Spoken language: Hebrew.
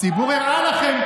הציבור הראה לכם,